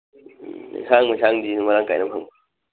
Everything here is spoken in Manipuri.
ꯑꯦꯟꯁꯥꯡ ꯃꯩꯁꯥꯡꯗꯤ ꯑꯗꯨꯝ ꯃꯔꯥꯡ ꯀꯥꯏꯅ ꯐꯪꯕ꯭ꯔꯣ